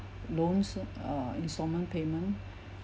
loans uh instalment payment